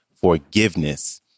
forgiveness